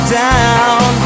down